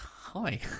hi